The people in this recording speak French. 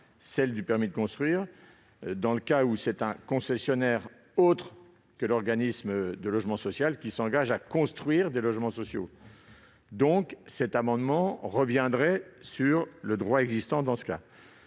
celle du permis de construire dans le cas où c'est un cessionnaire autre qu'un organisme de logement social qui s'engage à construire les logements sociaux. Dans ce cas, cet amendement reviendrait sur le droit existant. Je